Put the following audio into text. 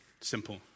Simple